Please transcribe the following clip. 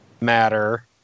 matter